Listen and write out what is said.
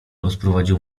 odprowadził